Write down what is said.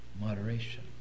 moderation